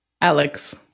Alex